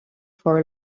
for